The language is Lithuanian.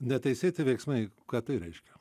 neteisėti veiksmai ką tai reiškia